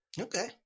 Okay